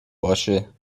باشه